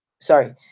sorry